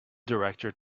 director